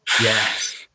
Yes